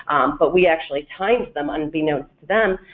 but we actually timed them unbeknownst to them,